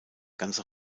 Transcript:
ganze